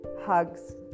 hugs